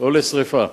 או לשרפה,